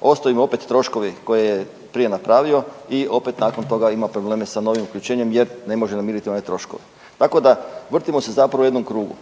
Ostaju mu opet troškovi koje je prije napravio i opet nakon toga ima probleme sa novim uključenjem jer ne može namiriti one troškove. Tako da vrtimo se zapravo u jednom krugu.